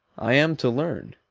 i am to learn